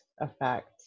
effect